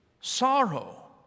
Sorrow